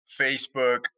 Facebook